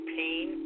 pain